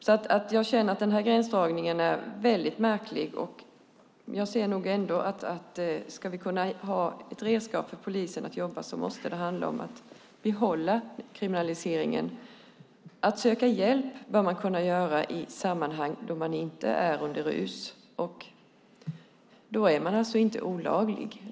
Jag känner alltså att denna gränsdragning är märklig, och jag ser nog ändå att det om vi ska kunna ha ett redskap för polisen att jobba med måste handla om att behålla kriminaliseringen. Söka hjälp bör man kunna göra i sammanhang då man inte är under rus. Då är man alltså inte olaglig.